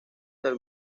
del